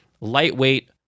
lightweight